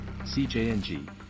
CJNG